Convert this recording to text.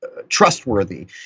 trustworthy